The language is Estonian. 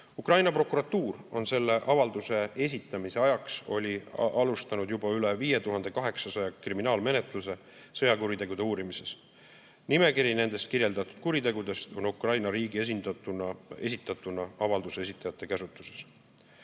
prokuratuur oli selle avalduse esitamise ajaks alustanud juba üle 5800 kriminaalmenetluse sõjakuritegude uurimises. Nimekiri nendest kirjeldatud kuritegudest on Ukraina riigi esitatuna avalduse esitajate käsutuses.